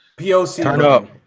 POC